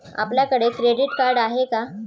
आपल्याकडे credit card आहे का?